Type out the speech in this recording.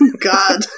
God